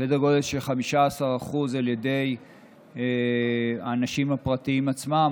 סדר גודל של 15% נישאו על ידי האנשים הפרטיים עצמם,